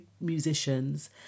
musicians